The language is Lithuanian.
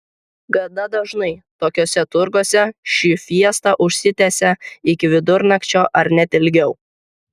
gana dažnai tokiuose turguose ši fiesta užsitęsia iki vidurnakčio ar net ilgiau